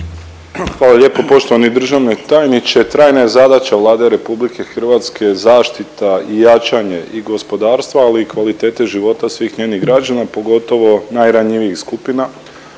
Hvala lijepo. Poštovani državni tajniče, trajna je zadaća Vlade RH zaštita i jačanje i gospodarstva, ali i kvalitete života svih njenih građana, pogotovo najranjivijih skupina.